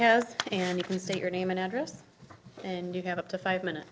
has and you can say your name and address and you have up to five minutes